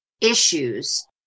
issues